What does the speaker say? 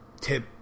tip